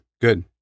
Good